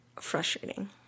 frustrating